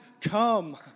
come